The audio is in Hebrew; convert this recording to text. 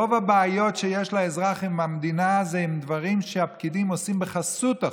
רוב הבעיות שיש לאזרח עם המדינה זה עם דברים שהפקידים עושים בחסות החוק.